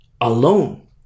alone